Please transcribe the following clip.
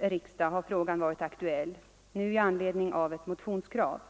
riksdag har frågan varit aktuell, nu i anledning av ett motionskrav.